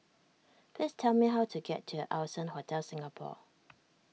please tell me how to get to Allson Hotel Singapore